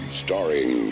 starring